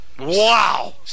Wow